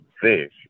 fish